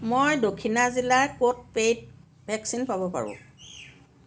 মই দক্ষিণা জিলাৰ ক'ত পে'ইড ভেকচিন পাব পাৰোঁ